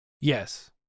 Yes